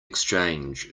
exchange